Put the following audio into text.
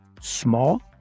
Small